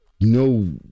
no